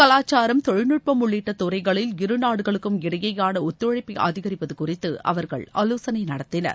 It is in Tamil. கலாச்சாரம் தொழில்நுட்பம் உள்ளிட்ட துறைகளில் இருநாடுகளுக்கும் இடையேயான ஒத்துழைப்பை அதிகரிப்பது குறித்து அவர்கள் ஆலோசனை நடத்தினர்